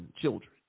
children